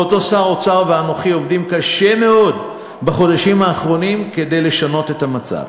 ושר האוצר ואנוכי עובדים קשה מאוד בחודשים האחרונים כדי לשנות את המצב,